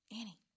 Annie